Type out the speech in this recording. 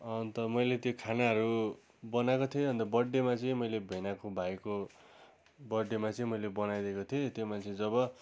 अन्त मैले त्यो खानाहरू बनाएको थिएँ अन्त बर्थडे चाहिँ मैले भेनाको भाइको बर्थडेमा चाहिँ मैले बनाइदिएको थिएँ त्यो मान्छे जब